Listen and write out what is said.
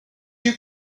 you